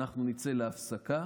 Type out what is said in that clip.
אנחנו נצא להפסקה.